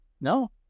No